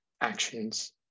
actions